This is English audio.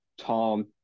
Tom